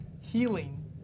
healing